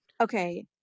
Okay